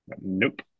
Nope